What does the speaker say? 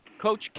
Coach